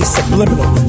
Subliminal